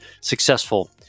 successful